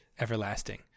everlasting